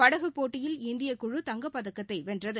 படகுப்போட்டியில் இந்திய குழு தங்கப்பதக்கத்தைவென்றது